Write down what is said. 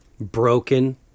broken